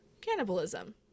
cannibalism